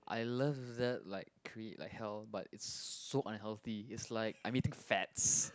I love that like cra~ like hell but it's so unhealthy it's like I'm eating fats